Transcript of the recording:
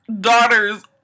daughter's